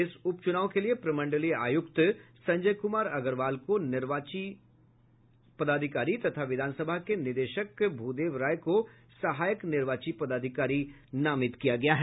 इस उपचुनाव के लिए प्रमंडलीय आयुक्त संजय कुमार अग्रवाल को निर्वाचित पदाधिकरी तथा विधानसभा के निदेशक भूदेव राय को सहायक निर्वाची पदाधिकारी नामित किया गया है